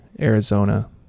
Arizona